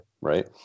right